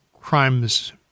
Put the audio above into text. crimes